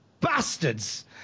bastards